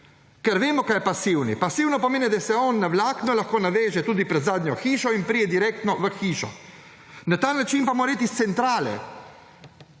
Ker vemo, kaj je pasivni. Pasivno pomeni, da se on lahko na vlakno naveže tudi pred zadnjo hišo in pride direktno v hišo. Na ta način pa mora iti iz centrale.